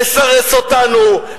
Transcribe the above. לסרס אותנו,